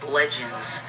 legends